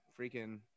freaking